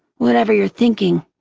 whatever you're thinking,